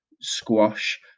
squash